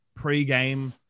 pregame